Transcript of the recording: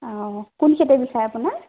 অঁ কোন চাইডে বিষায় আপোনাৰ